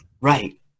Right